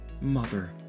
Mother